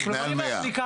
מעל 100. הבנתי.